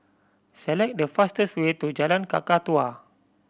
select the fastest way to Jalan Kakatua